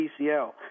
PCL